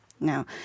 Now